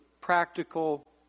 practical